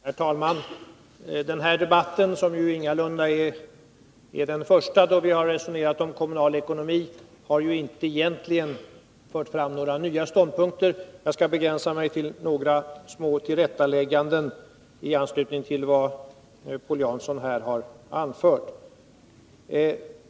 Herr talman! Den här debatten, som ingalunda är den första då vi har resonerat om kommunal ekonomi, har egentligen inte fört fram några nya ståndpunkter. Jag skall begränsa mig till några små tillrättalägganden i anslutning till vad Paul Jansson här har anfört.